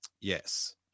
Yes